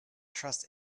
trust